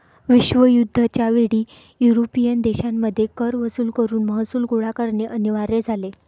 विश्वयुद्ध च्या वेळी युरोपियन देशांमध्ये कर वसूल करून महसूल गोळा करणे अनिवार्य झाले